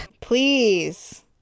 Please